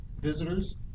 visitors